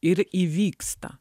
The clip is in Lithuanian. ir įvyksta